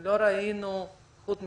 לא ראינו חוט מקשר.